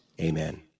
Amen